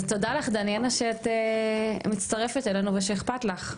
אז תודה לך דניאלה שאת מצטרפת אלינו ושאיכפת לך.